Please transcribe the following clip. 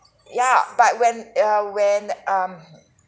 ya but when ya when um